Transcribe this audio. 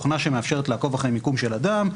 תוכנה שמאפשרת לעקוב אחרי מיקום של אדם.